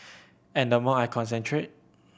and the more I concentrate